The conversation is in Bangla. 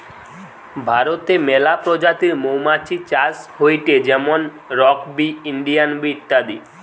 ভারতে মেলা প্রজাতির মৌমাছি চাষ হয়টে যেমন রক বি, ইন্ডিয়ান বি ইত্যাদি